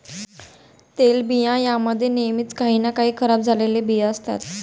तेलबियां मध्ये नेहमीच काही ना काही खराब झालेले बिया असतात